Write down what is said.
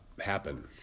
happen